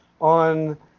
on